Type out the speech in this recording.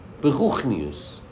beruchnius